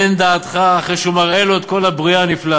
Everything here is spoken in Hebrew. "תן דעתך" אחרי שהוא מראה לו את כל הבריאה הנפלאה,